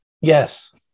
yes